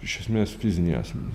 iš esmės fiziniai asmenys